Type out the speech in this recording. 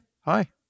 hi